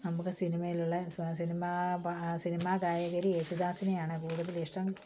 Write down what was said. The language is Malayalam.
നമുക്ക് സിനിമയിലുള്ള സിനിമ സിനിമ ഗായകരിൽ യേശുദാസിനെയാണ് കൂടുതലിഷ്ടം